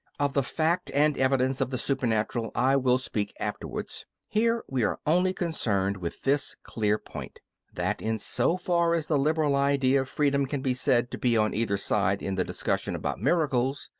of the fact and evidence of the supernatural i will speak afterwards. here we are only concerned with this clear point that in so far as the liberal idea of freedom can be said to be on either side in the discussion about miracles,